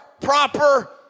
proper